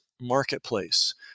marketplace